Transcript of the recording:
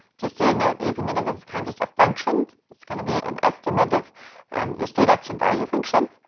just to note that you can think of this as kind of just a function. it's going to be an estimate of um your state action value function.